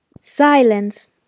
Silence